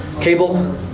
Cable